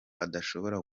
adashobora